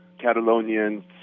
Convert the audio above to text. Catalonian